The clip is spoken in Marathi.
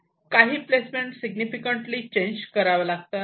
काही प्लेसमेंट सिग्निफिकन्टली चेंज कराव्या लागतात